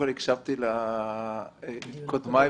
הקשבתי לקודמיי,